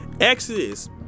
Exodus